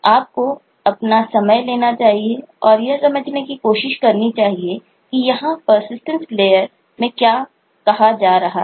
आपको अपना समय लेना चाहिए और यह समझने की कोशिश करनी चाहिए कि यहां पर्सिस्टेन्स लेयर में क्या कहा जा रहा है